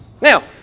Now